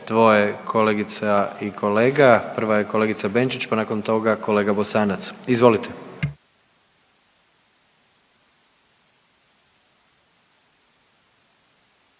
dvoje kolegica i kolega. Prva je kolegica Benčić, pa nakon toga kolega Bosanac. Izvolite.